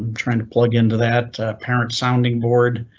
trying to plug into that parent sounding board,